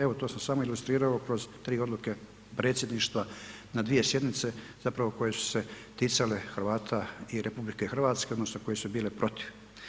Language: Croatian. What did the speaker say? Evo to sam samo ilustrirao kroz tri odluke predsjedništva na dvije sjednice zapravo koje su se ticale Hrvata i RH odnosno koje su bile protiv.